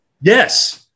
Yes